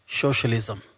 socialism